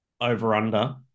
over-under